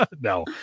No